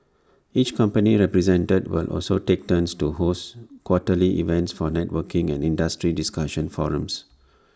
each company represented will also take turns to host quarterly events for networking and industry discussion forums